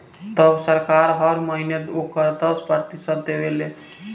तब सरकार हर महीना ओकर दस प्रतिशत देवे ले